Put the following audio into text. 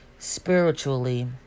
spiritually